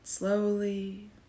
slowly